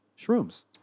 shrooms